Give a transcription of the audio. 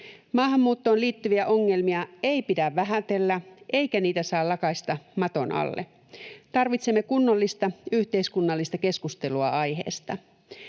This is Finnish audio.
Maahanmuuttoon liittyviä ongelmia ei pidä vähätellä, eikä niitä saa lakaista maton alle. Tarvitsemme kunnollista yhteiskunnallista keskustelua aiheesta.